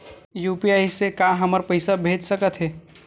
UPI से का हमर पईसा भेजा सकत हे?